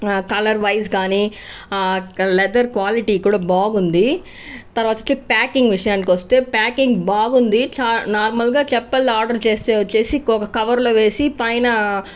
colourwise కానీ leather quality కూడా బాగుంది తర్వాత వచ్చి ప్యాకింగ్ విషయానికి వస్తే ప్యాకింగ్ బాగుంది చాల నార్మల్గా చెప్పలు ఆర్డర్ చేస్తే వచ్చేసి కొ కవర్లో వేసి పైన